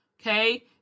Okay